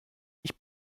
ich